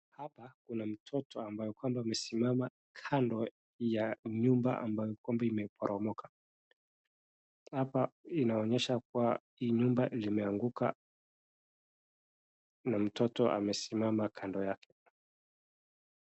Hapa kuna mtoto ambaye kwamba amesimama kando ya nyumba ambayo imeporomoka. Hapa inaonyesha kuwa hii nyumba limeanguka na mtoto amesimama kando yake.